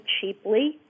cheaply